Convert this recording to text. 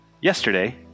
yesterday